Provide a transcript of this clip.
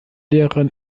lehrerin